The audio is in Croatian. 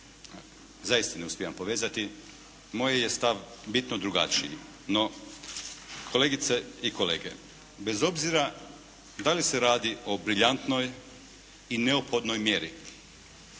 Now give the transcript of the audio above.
zaista ne uspijevam povezati. Moj je stav bitno drugačiji. No, kolegice i kolege bez obzira da li se radi o briljantnoj i neophodnoj mjeri,